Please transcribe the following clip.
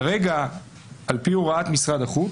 כרגע, על פי הוראת משרד החוץ,